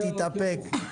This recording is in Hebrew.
תתאפק.